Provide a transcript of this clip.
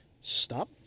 Stop